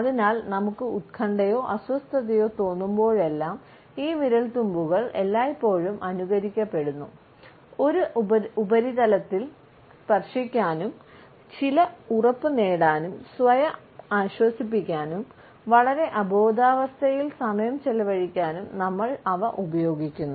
അതിനാൽ നമ്മുക്ക് ഉത്കണ്ഠയോ അസ്വസ്ഥതയോ തോന്നുമ്പോഴെല്ലാം ഈ വിരൽത്തുമ്പുകൾ എല്ലായ്പ്പോഴും അനുകരിക്കപ്പെടുന്നു ഒരു ഉപരിതലത്തിൽ സ്പർശിക്കാനും ചില ഉറപ്പ് നേടാനും സ്വയം ആശ്വസിപ്പിക്കാനും വളരെ അബോധാവസ്ഥയിൽ സമയം ചെലവഴിക്കാനും നമ്മൾ അവ ഉപയോഗിക്കുന്നു